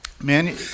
Man